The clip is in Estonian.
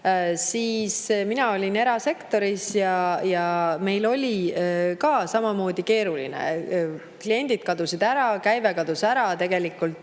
siis mina olin erasektoris ja meil oli ka samamoodi keeruline: kliendid kadusid ära, käive kadus ära, tegelikult